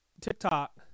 tiktok